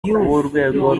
b’urwego